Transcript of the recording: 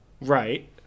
right